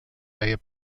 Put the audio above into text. veia